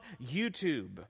YouTube